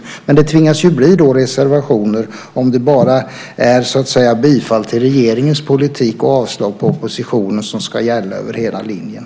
Vi tvingas avge reservationer om det är bifall till regeringens politik och avslag på oppositionens politik som ska gälla över hela linjen.